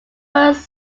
first